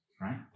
Right